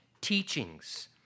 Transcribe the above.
teachings